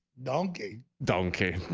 donkey donkey